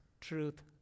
truth